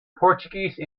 portuguese